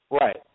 Right